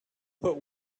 put